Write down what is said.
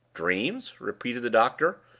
dreams? repeated the doctor,